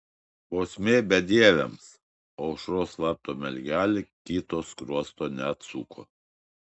bausmė bedieviams aušros vartų mergelė kito skruosto neatsuko